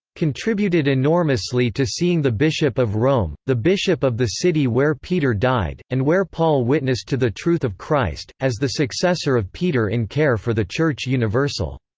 contributed enormously to seeing the bishop of rome, the bishop of the city where peter died, and where paul witnessed to the truth of christ, as the successor of peter in care for the church universal.